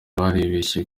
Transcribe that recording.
baribeshye